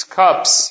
cups